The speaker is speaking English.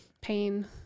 Pain